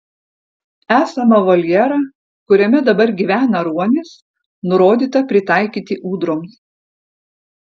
esamą voljerą kuriame dabar gyvena ruonis nurodyta pritaikyti ūdroms